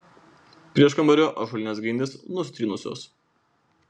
prieškambario ąžuolinės grindys nusitrynusios